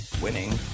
Winning